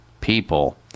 people